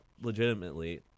legitimately